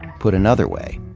put another way,